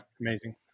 amazing